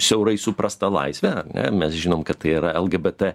siaurai suprastą laisvę mes žinome kad tai yra lgbt